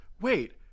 Wait